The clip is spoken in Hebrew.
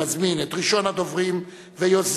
אני מזמין את ראשון הדוברים ויוזם